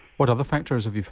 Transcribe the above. what other factors have you